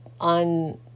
on